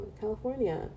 California